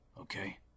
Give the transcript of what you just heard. okay